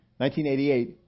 1988